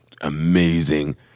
amazing